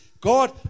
God